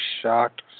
shocked